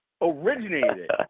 Originated